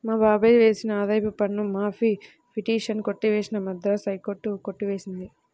మా బాబాయ్ వేసిన ఆదాయపు పన్ను మాఫీ పిటిషన్ కొట్టివేసిన మద్రాస్ హైకోర్టు కొట్టి వేసింది